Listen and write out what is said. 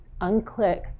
unclick